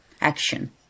action